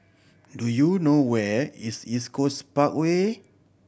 do you know where is East Coast Parkway